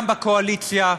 גם בקואליציה.